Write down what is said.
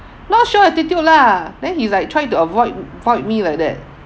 not show attitude lah then he is like try to avoid void me like that